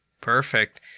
Perfect